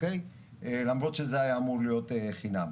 למרות שזה אמור להיות חינם.